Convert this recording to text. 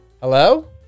hello